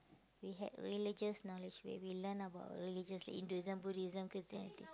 we had religious knowledge where we learn about religious Hinduism Buddhism Christianity